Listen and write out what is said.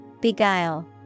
Beguile